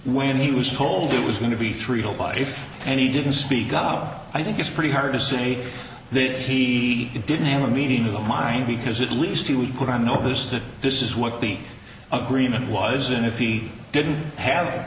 when he was told it was going to be thrilled by if and he didn't speak up i think it's pretty hard to say that he didn't have a meeting of the mind because it least he would put on notice that this is what the agreement was and if he didn't have